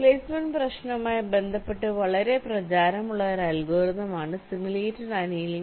placement പ്രശ്നവുമായി ബന്ധപ്പെട്ട് വളരെ പ്രചാരമുള്ള ഒരു അൽഗോരിതം ആണ് സിമുലേറ്റഡ് അനിയലിംഗ്